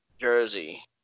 jersey